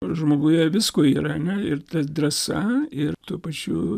žmoguje visko yra ar ne ir tas drąsa ir tuo pačiu